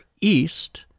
east